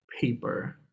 Paper